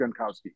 Gronkowski